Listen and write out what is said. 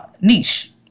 niche